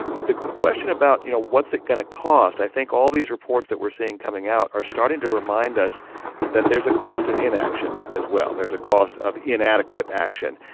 the question about, you know, what's it going to cost? i think all these reports that we're seeing coming out are starting to remind us that there's a cost of inaction, as well. there's a cost of inadequate action.